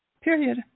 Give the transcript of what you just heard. Period